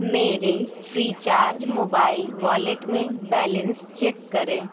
मेरे Freecharge mobile wallet में balance check करें